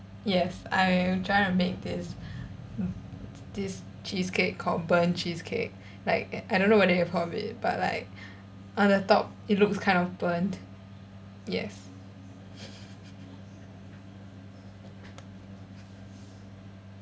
yes I'll try to make this this cheesecake called burnt cheesecake like I don't know whether you've heard of it but like on the top it looks kind of burnt yes